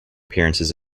appearances